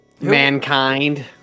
Mankind